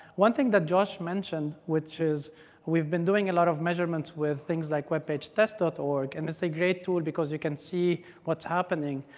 one thing that josh mentioned, which is we've been doing a lot of measurements with things like webpagetest org. and it's a great tool because you can see what's happening.